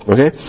Okay